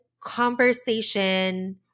conversation